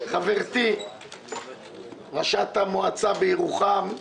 חברתי ראשת המועצה בירוחם,